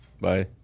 Bye